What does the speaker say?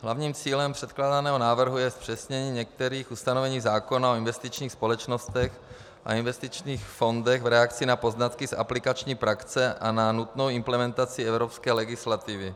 Hlavním cílem předkládaného návrhu je zpřesnění některých ustanovení zákona o investičních společnostech a investičních fondech v reakci na poznatky z aplikační praxe a na nutnou implementaci evropské legislativy.